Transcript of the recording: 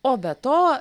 o be to